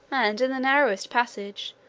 and, in the narrowest passage,